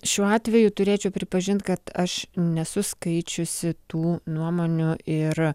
šiuo atveju turėčiau pripažint kad aš nesu skaičiusi tų nuomonių ir